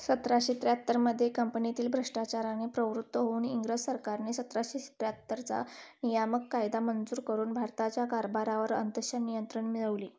सतराशे त्र्याहत्तरमध्ये कंपनीतील भ्रष्टाचाराने प्रवृत्त होऊन इंग्रज सरकारने सतराशे त्र्याहत्तरचा नियामक कायदा मंजूर करून भारताच्या कारभारावर अंतशन नियंत्रण मिळवले